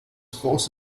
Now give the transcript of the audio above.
force